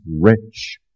rich